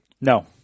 No